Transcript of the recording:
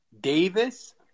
Davis